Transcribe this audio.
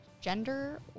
gender